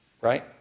right